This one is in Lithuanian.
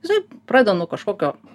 jisai pradeda nuo kažkokio